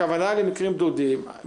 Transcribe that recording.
הכוונה היא למקרים בדידים.